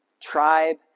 tribe